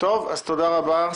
תודה רבה.